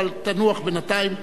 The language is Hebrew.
אבל תנוח בינתיים.